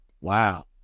Wow